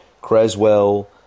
Creswell